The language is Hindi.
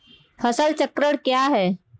फसल चक्रण क्या है?